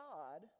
God